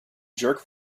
jerk